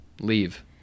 Leave